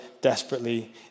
desperately